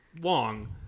long